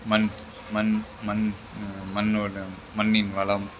மண் ஸ் மண் மண் மண்ணோடய மண்ணின் வளம்